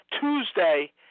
Tuesday